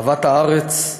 אהבת הארץ,